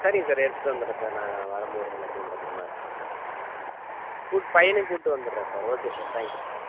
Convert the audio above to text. சரிங்க சார் எடுத்துட்டு வந்துடுறேன் சார் நான் வரும்போது எல்லாத்தையும் பத்திரமா எடுத்துட்டு வந்துட்றேன் கூட்டு பையனையும் கூப்பிட்டு வந்தடுறேன் sir okay sir thank you sir okay